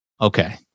Okay